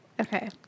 Okay